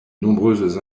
nombreuses